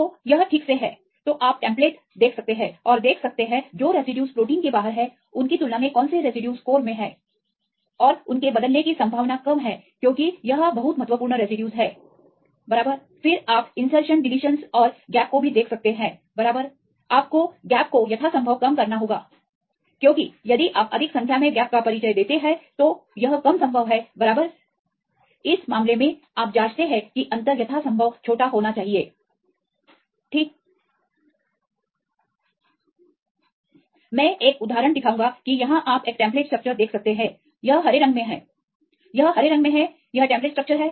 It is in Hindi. तो यह ठीक से है तो आप टेम्पलेट देख सकते हैं और देख सकते हैं जो रेसिड्यूज प्रोटीन के बाहर हैं उनकी तुलना में कौन से रेसिड्यूज कोर मे हैऔर उनके बदलने की संभावना कम है क्योंकि यह बहुत महत्वपूर्ण रेसिड्यूज है बराबर फिर आप इनसरशन डीलीशनस और अंतराल को भी देख सकते हैं बराबर आपको अंतराल को यथासंभव कम करना होगा क्योंकि यदि आप अधिक संख्या में अंतराल का परिचय देते हैं तो यह कम संभव है बराबर इस मामले में आप जांचते हैं कि अंतर यथासंभव छोटा होना चाहिए ठीक मैं एक उदाहरण दिखाऊंगा कि यहां आप एक टेम्पलेट स्ट्रक्चर देख सकते हैं यह हरे रंग में है यह हरे रंग में है यह टेम्पलेट स्ट्रक्चर है